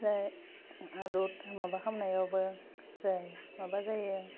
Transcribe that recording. आमफ्राय माबा खामनायावबो जों माबा जायो